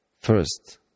first